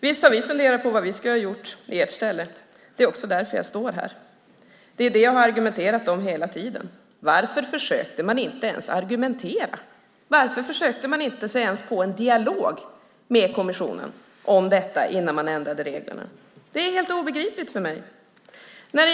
Visst har vi funderat på vad vi skulle ha gjort i ert ställe. Det är också därför jag står här. Det är det jag har argumenterat om hela tiden. Varför försökte man inte ens argumentera? Varför försökte man sig inte ens på en dialog med kommissionen om detta innan man ändrade reglerna? Det är helt obegripligt för mig.